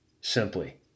simply